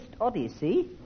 odyssey